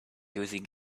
using